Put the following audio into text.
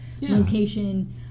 location